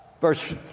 Verse